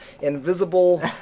invisible